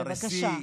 בבקשה,